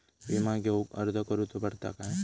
विमा घेउक अर्ज करुचो पडता काय?